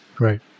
Right